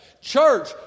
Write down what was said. Church